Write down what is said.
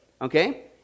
Okay